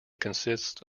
consists